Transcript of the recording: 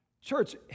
Church